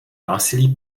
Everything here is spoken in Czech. násilí